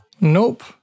Nope